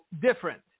different